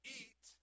eat